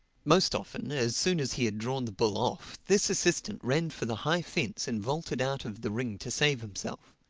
most often, as soon as he had drawn the bull off, this assistant ran for the high fence and vaulted out of the ring to save himself.